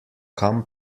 kam